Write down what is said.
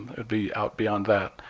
it would be out beyond that,